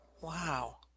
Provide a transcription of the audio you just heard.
Wow